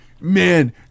Man